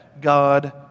God